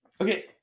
Okay